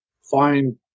find